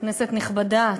כנסת נכבדה,